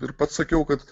ir pats sakiau kad